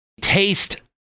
taste